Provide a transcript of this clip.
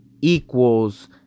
equals